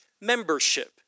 membership